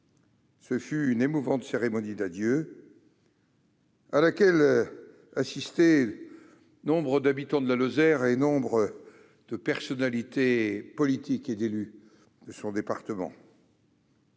Ce fut une émouvante cérémonie d'adieu, à laquelle assistaient nombre d'habitants de la Lozère et de personnalités politiques et d'élus de son département.